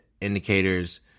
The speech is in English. indicators